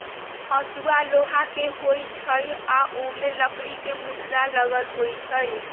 हसुआ लोहा के होई छई आ ओमे लकड़ी के मुठरा लगल होई छई